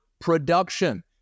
production